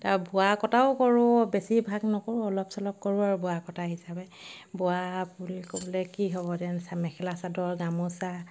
তাৰ বোৱা কটাও কৰোঁ বেছিভাগ নকৰোঁ অলপ চলপ কৰোঁ আৰু বোৱা কটা হিচাপে বোৱা বুলি ক'বলৈ কি হ'ব তেনে মেখেলা চাদৰ গামোচা